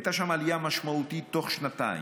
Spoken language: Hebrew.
הייתה שם עלייה משמעותית בתוך שנתיים,